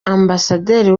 ambasaderi